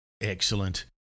Excellent